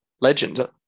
Legend